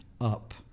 up